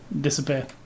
disappear